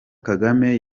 kagame